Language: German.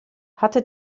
hatte